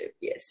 yes